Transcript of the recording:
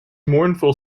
mournful